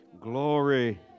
Glory